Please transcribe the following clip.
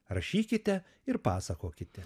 rašykite ir pasakokite